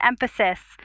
emphasis